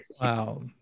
Wow